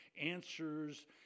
answers